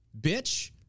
Bitch